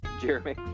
Jeremy